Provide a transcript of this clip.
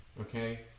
okay